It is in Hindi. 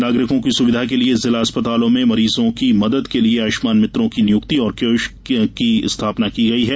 नागरिकों की सुविधा के लिये जिला अस्पतालों में मरीजों की मदद के लिये आयुष्मान मित्रों की नियुक्ति और कियोस्क की स्थापना की गयी है